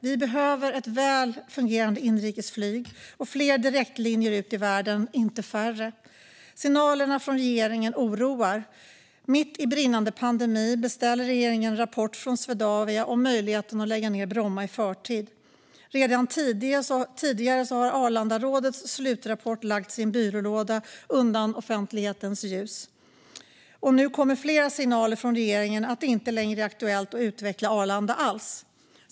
Vi behöver ett väl fungerande inrikesflyg och fler direktlinjer ut i världen, inte färre. Signalerna från regeringen oroar. Mitt under brinnande pandemi beställer regeringen en rapport från Swedavia om möjligheten att lägga ned Bromma i förtid. Redan tidigare har Arlandarådets slutrapport lagts i en byrålåda undan offentlighetens ljus, och nu kommer flera signaler från regeringen om att det inte längre är aktuellt att utveckla Arlanda alls.